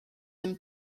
them